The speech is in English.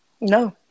No